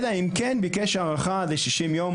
אלא אם כן ביקש הארכה לשישים יום.